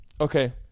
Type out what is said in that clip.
Okay